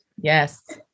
Yes